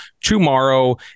tomorrow